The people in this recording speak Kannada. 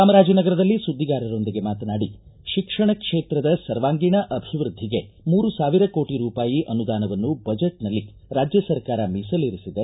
ಚಾಮರಾಜನಗರದಲ್ಲಿ ಸುದ್ದಿಗಾರರೊಂದಿಗೆ ಮಾತನಾಡಿ ಶಿಕ್ಷಣ ಕ್ಷೇತ್ರದ ಸರ್ವಾಂಗೀಣ ಅಭಿವೃದ್ಧಿಗೆ ಮೂರು ಸಾವಿರ ಕೋಟ ರೂಪಾಯಿ ಅನುದಾನವನ್ನು ಬಜೆಟ್ನಲ್ಲಿ ರಾಜ್ಯ ಸರ್ಕಾರ ಮೀಸಲಿರಿಸಿದೆ